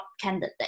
candidate